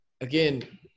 again